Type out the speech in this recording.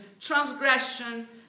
transgression